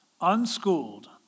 unschooled